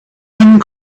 and